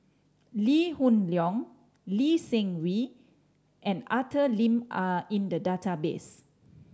Lee Hoon Leong Lee Seng Wee and Arthur Lim are in the database